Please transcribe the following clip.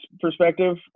perspective